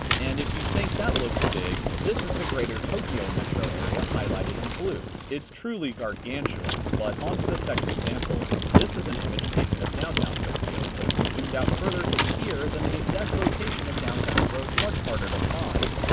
and if you think that looks big, this is the greater tokyo metro area highlighted in blue. it's truly gargantuan. but onto the second example. this is an image taken of downtown tokyo. but if we zoomed out further to here, then the exact location of downtown grows much harder to find.